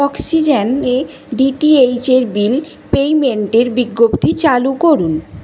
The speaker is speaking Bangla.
অক্সিজেন এর ডিটিএইচ এর বিল পেইমেন্টের বিজ্ঞপ্তি চালু করুন